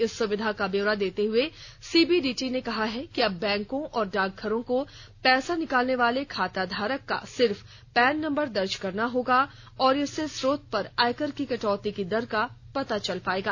इस सुविधा का ब्यौरा देते हुए सीबीडीटी ने कहा है कि अब बैंकों और डाकघरों को पैसा निकालने वाले खाताधारक का सिर्फ पैन नम्बर दर्ज करना होगा और इससे स्रोत पर आयकर की कटौती की दर का पता चल जाएगा